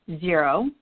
Zero